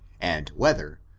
and whether,